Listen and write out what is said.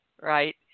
Right